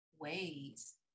ways